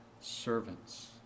servants